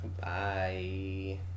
Bye